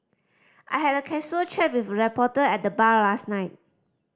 I had a casual chat with a reporter at the bar last night